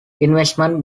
investment